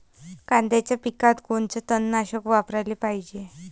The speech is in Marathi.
कांद्याच्या पिकात कोनचं तननाशक वापराले पायजे?